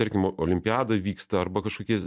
tarkim olimpiada vyksta arba kažkokie